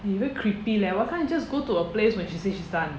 eh you very creepy leh why can't you just go to a place when she say she's done